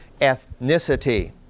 ethnicity